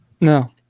No